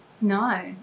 No